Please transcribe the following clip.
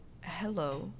hello